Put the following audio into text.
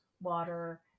water